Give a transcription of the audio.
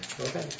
Okay